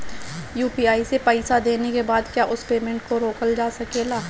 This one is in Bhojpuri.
यू.पी.आई से पईसा देने के बाद क्या उस पेमेंट को रोकल जा सकेला?